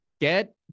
get